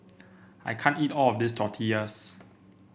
I can't eat all of this Tortillas